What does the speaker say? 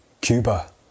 Cuba